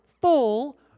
full